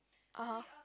(aha)